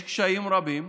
יש קשיים רבים.